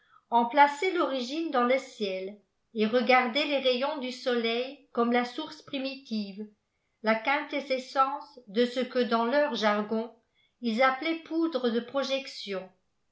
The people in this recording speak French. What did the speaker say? enlaçaient l'origine dans le ciel et regardaient les rayons du soleil comme la source primitive la quintessence de ce que dans leur jargon ils appelaient poudte de projection